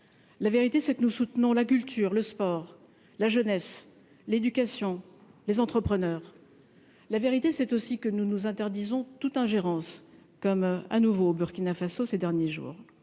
la vérité c'est que nous soutenons la culture, le sport, la jeunesse, l'éducation, les entrepreneurs, la vérité, c'est aussi que nous nous interdisons toute ingérence comme à nouveau au Burkina Faso, ces derniers jours